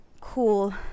cool